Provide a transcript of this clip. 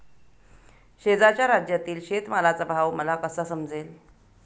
शेजारच्या राज्यातील शेतमालाचा भाव मला कसा समजेल?